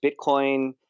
Bitcoin